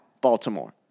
Baltimore